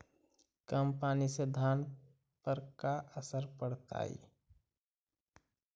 कम पनी से धान पर का असर पड़तायी?